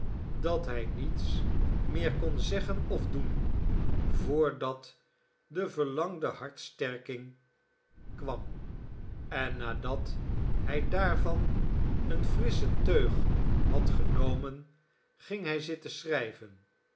dat hij niets meer kon zeggen of doen voordat de verlangde hartsterking kwam en nadat hij daarvan een frisschen teug had genomen ging hij zitten schrijven